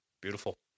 Beautiful